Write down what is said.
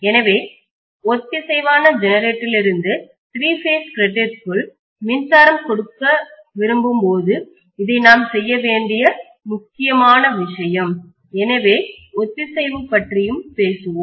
எனவே ஒத்திசைவான ஜெனரேட்டரிலிருந்து திரி பேஸ் கிரெட்டுற்குள் மின்சாரம் கொடுக்க விரும்பும்போது இது நாம் செய்ய வேண்டிய முக்கியமான விஷயம் எனவே ஒத்திசைவு பற்றியும் பேசுவோம்